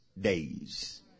days